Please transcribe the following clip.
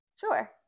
Sure